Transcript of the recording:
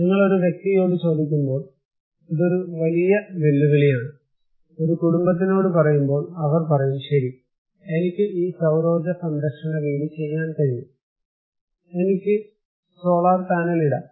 നിങ്ങൾ ഒരു വ്യക്തിയോട് ചോദിക്കുമ്പോൾ ഇത് ഒരു വലിയ വെല്ലുവിളിയാണ് ഒരു കുടുംബത്തിനോട് പറയുമ്പോൾ അവർ പറയും ശരി എനിക്ക് ഈ സൌരോർജ്ജ സംരക്ഷണ വീട് ചെയ്യാൻ കഴിയും എനിക്ക് സോളാർ പാനൽ ഇടാം